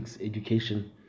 education